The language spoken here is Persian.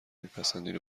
میپسندین